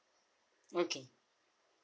okay